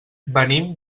venim